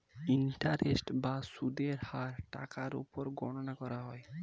interest বা সুদের হার টাকার উপর গণনা করা হয়